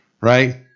right